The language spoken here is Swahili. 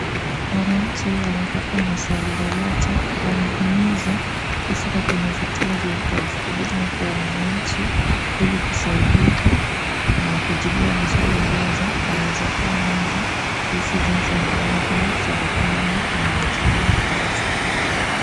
Wananchi wanapokua na swali lolote wanahimizwa kufika kwenye vituo vya utoaji huduma kwa wananchi ili waweze kusaidika na kujibiwa maswali ambazo wanaweza kuwa nazo kuhusu jinsi ambavyo serikali inawatendea kazi.